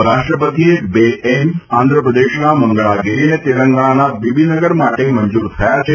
ઉપરાષ્ટ્રપતિએ બે એઇમ્સ આંધ્રપ્રદેશના મંગળાગીરી અને તેલંગાણાના બીબી નગર માટે મંજૂર થયા છે